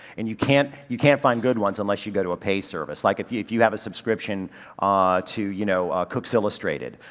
and you can't, you can't find good ones unless you go to a pay service. like if you if you have a subscription to you know, cook's illustrated,